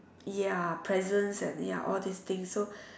ya presents and ya all these things so